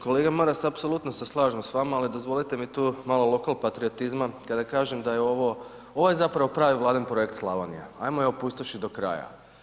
Kolega Maras, apsolutno se slažem s vama ali dozvolite mi tu malo lokal patriotizma kada kažem da je ovo, ovo je zapravo pravi Vladin projekt Slavonija, ajmo je opustošiti do kraja.